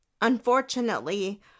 Unfortunately